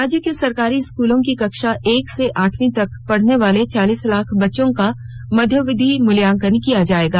राज्य के सरकारी स्कूलों की कक्षा एक से आठवीं तक पढ़ने वाले चालीस लाख बच्चों का मध्यावधि मूल्यांकन किया जाएगा